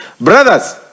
brothers